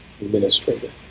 administrator